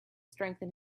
strengthen